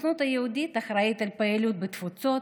הסוכנות היהודית אחראית לפעילות בתפוצות,